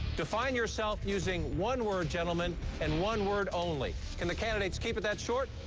define yourself using one word, gentlemen, and one word only. can the candidates keep it that short?